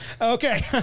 Okay